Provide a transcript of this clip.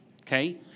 Okay